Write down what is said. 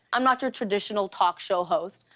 i'm not your traditional talk-show host.